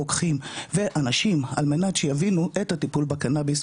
רוקחים ואנשים על מנת שיבינו את הטיפול בקנאביס,